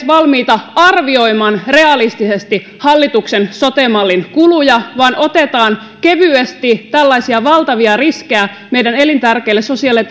valmiita edes arvioimaan realistisesti hallituksen sote mallin kuluja vaan otetaan kevyesti tällaisia valtavia riskejä meidän elintärkeille sosiaali ja